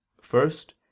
First